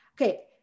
Okay